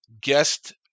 guest